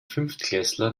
fünftklässler